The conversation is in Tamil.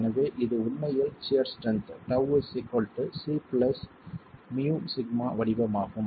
எனவே இது உண்மையில் சியர் ஸ்ட்ரென்த் τ c μσ வடிவமாகும்